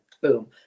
Boom